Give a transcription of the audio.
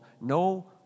no